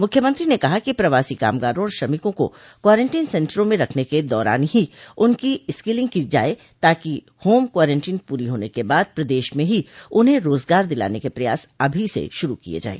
मुख्यमंत्री ने कहा कि प्रवासी कामगारा और श्रमिकों को क्वारंटीन सेन्टरों में रखने के दौरान ही उनकी स्किलिग की जाय ताकि होम क्वारंटीन पूरी होने के बाद प्रदेश में ही उन्हें रोजगार दिलाने के प्रयास अभी से शुरू किये जाये